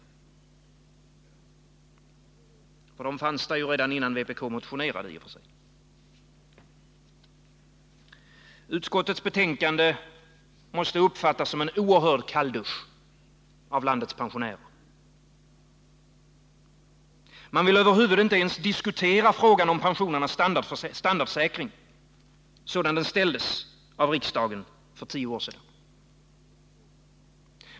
De fanns där redan innan vpk motionerade. Utskottets betänkande måste uppfattas som en oerhörd kalldusch av landets pensionärer. Man vill inte ens diskutera frågan om pensionernas standardsäkring sådan den ställdes av riksdagen för tio år sedan.